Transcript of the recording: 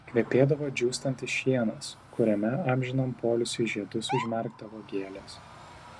kvepėdavo džiūstantis šienas kuriame amžinam poilsiui žiedus užmerkdavo gėlės